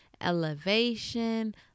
elevation